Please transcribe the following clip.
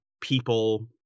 people